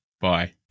Bye